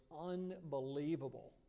unbelievable